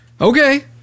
okay